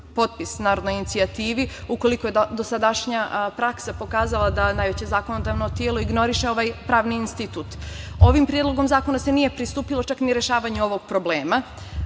potpis narodnoj inicijativi, ukoliko je dosadašnja praksa pokazala da najveće zakonodavno telo ignoriše ovaj pravni institut. Ovim predlogom zakona se nije pristupilo čak ni rešavanju ovog problema.